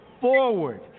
forward